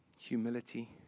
Humility